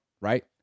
right